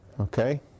Okay